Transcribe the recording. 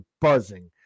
buzzing